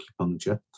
acupuncture